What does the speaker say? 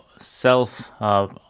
self